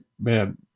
man